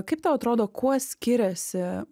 kaip tau atrodo kuo skiriasi